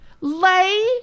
Lay